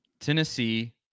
Tennessee